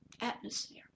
atmosphere